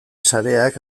sareak